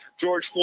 George